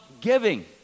giving